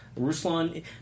Ruslan